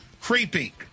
creepy